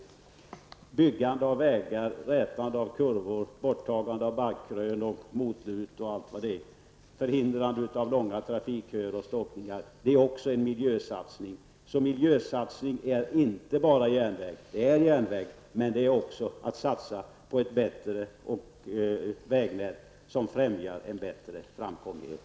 Men byggande av vägar, uträtande av kurvor, borttagande av backkrön och motlut samt förhindrande av långa trafikköer och stockningar är också en miljösatsning. Det är alltså inte bara järnvägen som utgör en miljösatsning, utan en miljösatsning kan också vara att satsa på ett bättre vägnät, som främjar en bättre framkomlighet.